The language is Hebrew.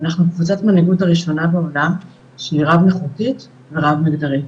אנחנו קבוצת מנהיגות הראשונה בעולם שהיא רב נכותית ורב מגדרית.